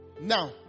Now